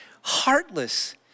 heartless